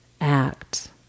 act